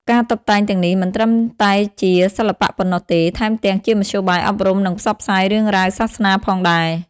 ការតុបតែងទាំងនេះមិនត្រឹមតែជាសិល្បៈប៉ុណ្ណោះទេ ថែមទាំងជាមធ្យោបាយអប់រំ និងផ្សព្វផ្សាយរឿងរ៉ាវសាសនាផងដែរ។